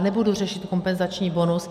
Nebudu řešit kompenzační bonus.